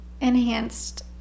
enhanced